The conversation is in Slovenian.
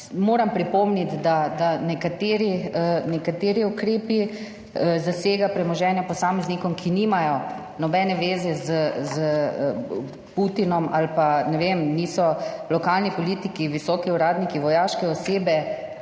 moram pripomniti, da nekateri ukrepi zasega premoženja posameznikom, ki nimajo nobene veze s Putinom ali pa, ne vem, niso lokalni politiki, visoki uradniki, vojaške osebe,